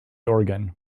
organ